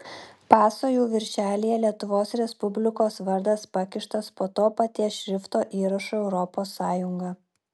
paso jau viršelyje lietuvos respublikos vardas pakištas po to paties šrifto įrašu europos sąjunga